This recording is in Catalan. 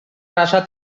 raça